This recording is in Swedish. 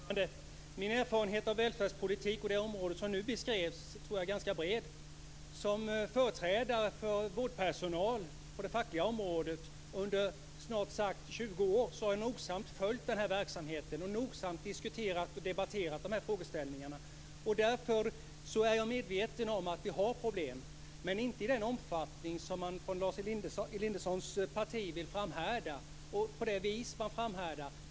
Fru talman! Min erfarenhet av välfärdspolitik och det område som nu beskrevs är ganska bred. Som företrädare för vårdpersonal på det fackliga området under snart 20 år har jag nogsamt följt den här verksamheten och nogsamt diskuterat de här frågeställningarna. Därför är jag medveten om att vi har problem, men inte i den omfattning som Lars Elindersons parti vill framhäva och inte på det sätt som man framhärdar.